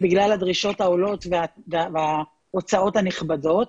בגלל הדרישות העולות וההוצאות הנכבדות.